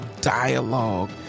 dialogue